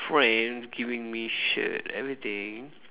friend giving me shirt everything